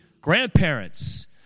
grandparents